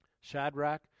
Shadrach